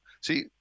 See